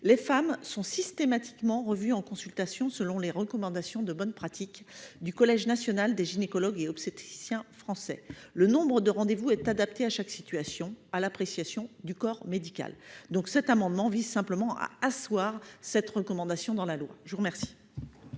les femmes sont systématiquement revues en consultation selon les recommandations de bonnes pratiques du Collège national des gynécologues et obstétriciens français. Le nombre de rendez-vous est adapté à chaque situation, à l'appréciation du corps médical. Cet amendement vise à asseoir cette recommandation dans la loi. Quel